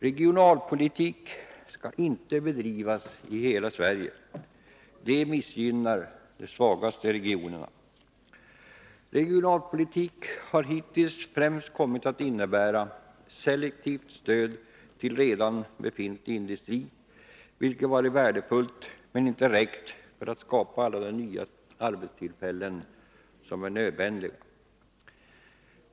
Regionalpolitik skall inte bedrivas i hela Sverige — det missgynnar de svagaste regionerna. ; Regionalpolitiken har hittills främst kommit att innebära selektivt stöd till redan befintlig industri, vilket har varit värdefullt men inte räckt för att skapa alla de nya arbetstillfällen som är nödvändiga.